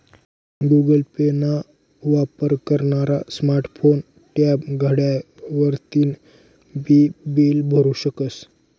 Google Pay ना वापर करनारा स्मार्ट फोन, टॅब, घड्याळ वरतीन बी बील भरु शकस